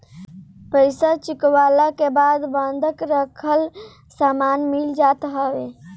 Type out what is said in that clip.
पईसा चुकवला के बाद बंधक रखल सामान मिल जात हवे